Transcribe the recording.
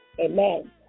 Amen